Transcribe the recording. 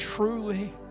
Truly